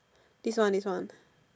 this one this one